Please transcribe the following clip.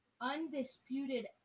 Undisputed